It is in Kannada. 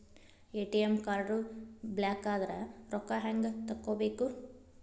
ಎ.ಟಿ.ಎಂ ಕಾರ್ಡ್ ಬ್ಲಾಕದ್ರ ರೊಕ್ಕಾ ಹೆಂಗ್ ತಕ್ಕೊಬೇಕು?